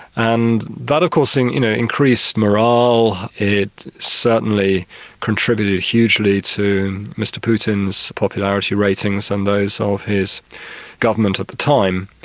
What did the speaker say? and that of course and you know increased morale, it certainly contributed hugely to mr putin's popularity ratings and those of his government at the time.